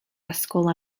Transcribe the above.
ysgol